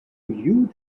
you